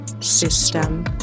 System